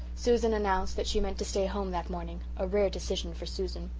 susan announced that she meant to stay home that morning a rare decision for susan.